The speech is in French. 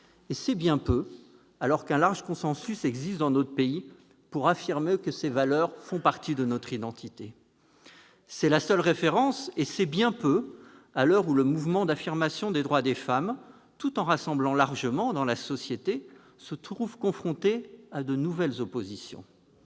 et c'est bien peu, alors qu'un large consensus existe dans notre pays pour affirmer que ces valeurs sont bien constitutives de notre identité républicaine. C'est la seule référence, et c'est bien peu, à l'heure où le mouvement d'affirmation des droits des femmes, tout en rassemblant largement au sein de notre société, se trouve confronté à de nouvelles oppositions.